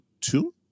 two